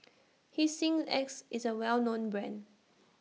Hygin X IS A Well known Brand